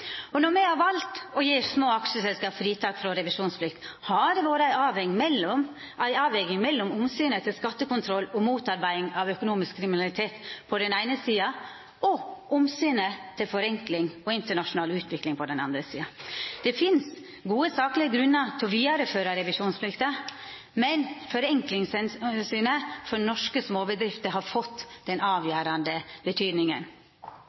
nytteeffekt. Når me har valt å gje små aksjeselskap fritak frå revisjonsplikt, har det vore ei avveging mellom omsynet til skattekontroll og motarbeiding av økonomisk kriminalitet på den eine sida og omsynet til forenkling og internasjonal utvikling på den andre. Det finst gode, saklege grunnar til å vidareføra revisjonsplikta, men forenklingsomsynet til norske småbedrifter har fått